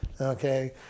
Okay